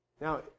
Now